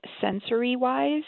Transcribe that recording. sensory-wise